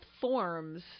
forms